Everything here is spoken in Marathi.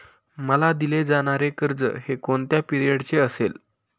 मला दिले जाणारे कर्ज हे कोणत्या पिरियडचे असेल?